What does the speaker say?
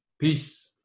Peace